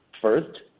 first